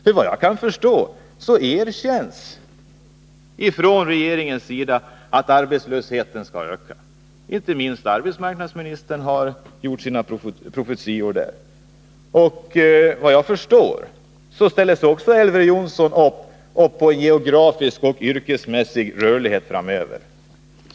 Såvitt jag förstår erkänner man från regeringens sida att arbetslösheten skall öka. Inte minst arbetsmarknadsministern har gjort sina profetior. Och Elver Jonsson ställer tydligen också upp på geografisk och yrkesmässig rörlighet framöver.